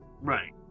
right